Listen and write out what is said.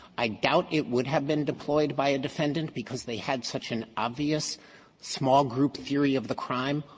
i doubt it would have been deployed by a defendant because they had such an obvious small-group theory of the crime,